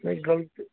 نہیں غلطی